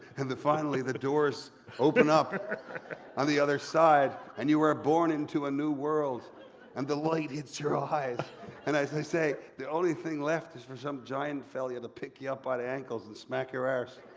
and then finally the doors open up on the other side and you are born into a new world and the light hits your ah eyes and as they say the only thing left is for some giant fella to pick you up by the ankles and smack your arse.